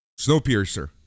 Snowpiercer